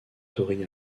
tori